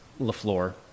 LaFleur